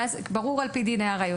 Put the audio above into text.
ברור שעל פי דיני הראיות.